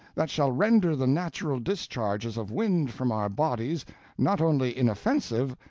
that shall render the natural discharges of wind from our bodies not only inoffensive,